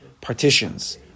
partitions